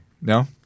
No